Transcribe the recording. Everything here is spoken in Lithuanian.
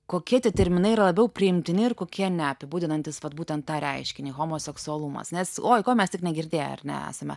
kokie tie terminai yra labiau priimtini ir kokie ne apibūdinantys vat būtent tą reiškinį homoseksualumas nes oi ko mes tik negirdėję ar ne esame